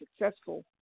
successful